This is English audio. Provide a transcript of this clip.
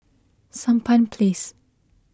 Sampan Place